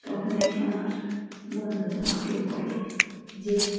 তখনই আমার বন্ধু আমাকে বলে যে